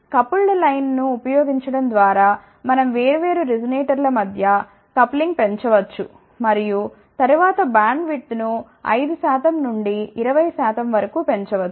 coupled లైన్ను ఉపయోగించడం ద్వారా మనం వేర్వేరు రెసొనేటర్ల మధ్య కప్లింగ్ పెంచవచ్చు మరియు తరువాత బ్యాండ్విడ్త్ను 5 శాతం నుండి 20 శాతం వరకు పెంచవచ్చు